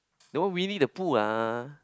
that one Winnie the Pooh lah